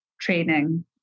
training